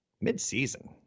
mid-season